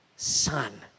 son